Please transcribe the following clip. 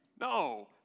No